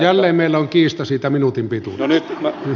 jälleen meillä on kiista siitä minuutin pituudesta